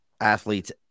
athletes